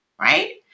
right